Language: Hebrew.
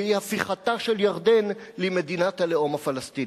והוא הפיכתה של ירדן למדינת הלאום הפלסטיני?